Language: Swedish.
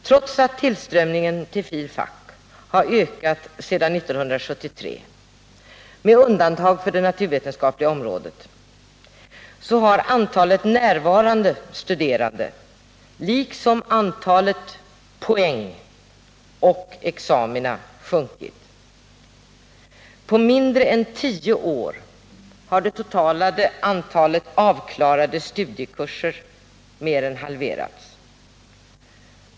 Trots att tillströmningen till de filosofiska fakulteterna har ökat sedan 1973 med undantag för det naturvetenskapliga området, har antalet närvarande studerande liksom antalet poäng och examina sjunkit. På mindre än 10 år har det totala antalet avklarade studiekurser mer än halverats.